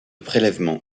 prélèvement